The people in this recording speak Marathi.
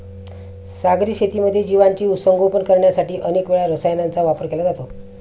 सागरी शेतीमध्ये जीवांचे संगोपन करण्यासाठी अनेक वेळा रसायनांचा वापर केला जातो